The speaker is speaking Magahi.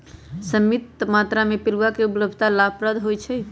सीमित मत्रा में पिलुआ के उपलब्धता लाभप्रद होइ छइ